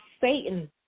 Satan